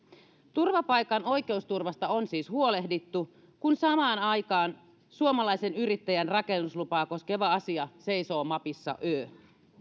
turvapaikan oikeusturvasta on siis huolehdittu kun samaan aikaan suomalaisen yrittäjän rakennuslupaa koskeva asia seisoo mappi össä